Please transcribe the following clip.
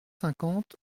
cinquante